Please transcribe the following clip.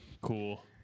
Cool